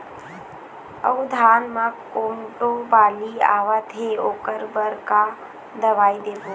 अऊ धान म कोमटो बाली आवत हे ओकर बर का दवई देबो?